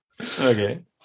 Okay